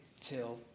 till